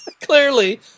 clearly